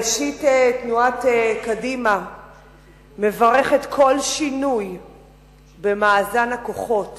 ראשית, תנועת קדימה מברכת כל שינוי במאזן הכוחות